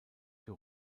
für